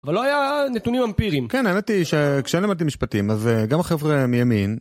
אבל לא היה נתונים אמפירים. כן, האמת היא שכשאני למדתי משפטים, אז גם החבר'ה מימין...